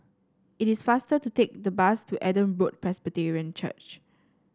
it is faster to take the bus to Adam Road Presbyterian Church